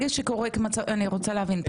אני רוצה להבין,